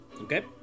Okay